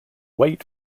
wait